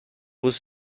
was